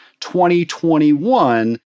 2021